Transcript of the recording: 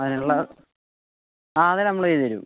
അതിനുള്ള ആ അത് നമ്മൾ ചെയ്ത് തരും